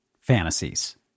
fantasies